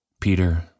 Peter